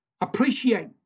Appreciate